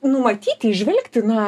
numatyti įžvelgti na